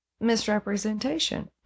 misrepresentation